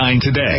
today